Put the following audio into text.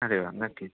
अरे वा नक्की